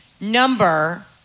number